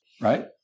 right